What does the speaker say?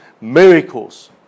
miracles